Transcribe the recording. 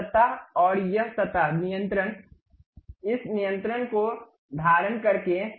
यह सतह और यह सतह नियंत्रण इस नियंत्रण को धारण करके